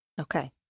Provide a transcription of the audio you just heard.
Okay